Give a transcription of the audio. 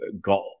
got